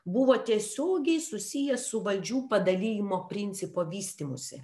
buvo tiesiogiai susijęs su valdžių padalijimo principo vystymusi